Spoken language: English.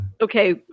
Okay